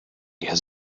der